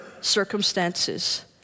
circumstances